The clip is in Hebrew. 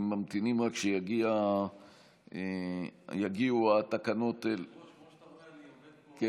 אם כן,